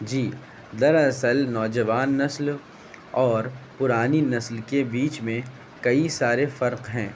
جی دراصل نوجوان نسل اور پرانی نسل کے بیچ میں کئی سارے فرق ہیں